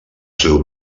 seu